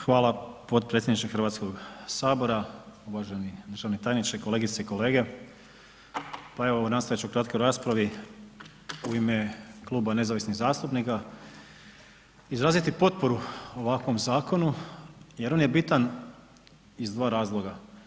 Hvala potpredsjedniče HS, uvaženi državni tajniče, kolegice i kolege, pa evo nastojat ću u kratkoj raspravi u ime Kluba nezavisnih zastupnika izraziti potporu ovakvom zakonu jer on je bitan iz dva razloga.